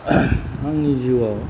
आंनि जिउआव